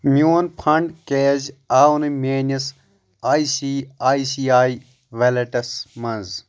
میون فنڈ کیٛاز آو نہٕ میٲنِس I C I C I ویلٹَس منٛز